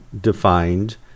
defined